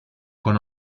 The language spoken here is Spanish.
con